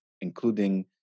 including